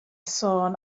sôn